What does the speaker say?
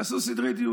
ועשו סדרי דיון.